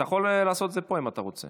אתה יכול לעשות את זה פה, אם אתה רוצה.